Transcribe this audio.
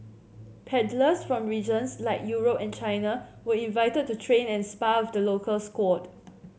paddlers from regions like Europe and China were invited to train and spar with the local squad